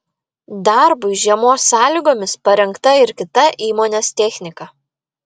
darbui žiemos sąlygomis parengta ir kita įmonės technika